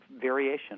variation